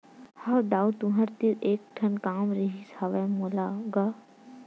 हव दाऊ तुँहर तीर एक ठन काम रिहिस हवय गा मोला